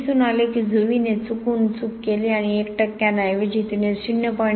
असे दिसून आले की झुवीने चुकून चूक केली आणि 1 टक्क्यांऐवजी तिने 0